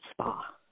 spa